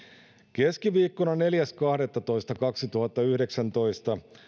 keskiviikkona neljäs kahdettatoista kaksituhattayhdeksäntoista